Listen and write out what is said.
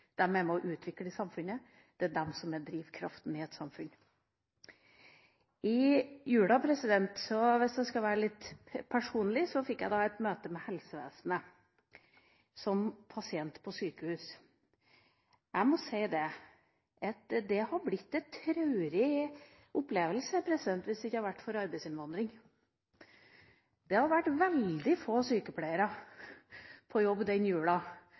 samfunnet, det er de som er drivkraften i et samfunn. I julen fikk jeg, hvis jeg skal være litt personlig, et møte med helsevesenet – som pasient på sykehus. Jeg må si at det hadde blitt en traurig opplevelse hvis det ikke hadde vært for arbeidsinnvandringa. Det hadde vært veldig få sykepleiere på jobb på det sykehuset den